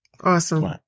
Awesome